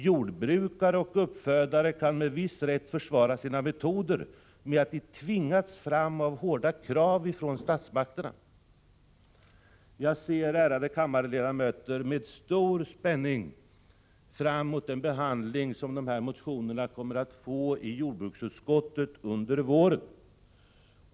Jordbrukare och uppfödare kan med viss rätt försvara sina metoder med att de tvingats fram av hårda krav från statsmakterna. Jag ser, ärade kammarledamöter, med stor spänning fram mot den behandling som dessa motioner kommer att få i jordbruksutskottet under våren.